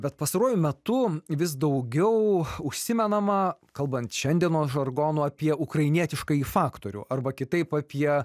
bet pastaruoju metu vis daugiau užsimenama kalbant šiandienos žargonu apie ukrainietiškąjį faktorių arba kitaip apie